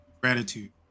Gratitude